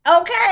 okay